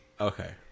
Okay